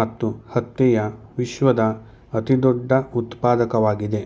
ಮತ್ತು ಹತ್ತಿಯ ವಿಶ್ವದ ಅತಿದೊಡ್ಡ ಉತ್ಪಾದಕವಾಗಿದೆ